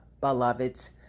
beloveds